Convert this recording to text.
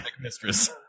mistress